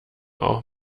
auch